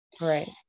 Right